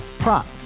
Prop